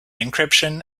encryption